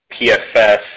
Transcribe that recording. PFS